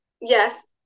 yes